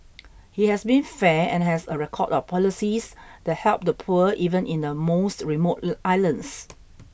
he has been fair and has a record of policies that help the poor even in the most remote islands